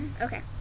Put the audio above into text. Okay